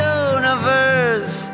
universe